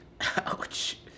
Ouch